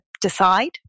decide